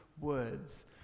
words